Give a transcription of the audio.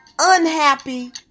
Unhappy